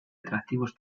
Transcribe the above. atractivos